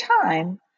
time